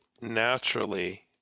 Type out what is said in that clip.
naturally